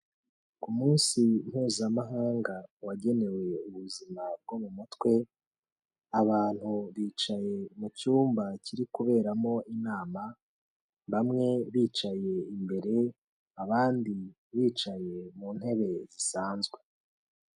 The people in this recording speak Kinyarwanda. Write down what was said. Ku munsi Mpuzamahanga wagenewe ubuzima bwo mu mutwe, abantu bicaye mu cyumba kiri kuberamo inama, bamwe bicaye imbere, abandi bicaye mu ntebe zisanzwe.